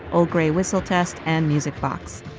old grey whistle test and music box.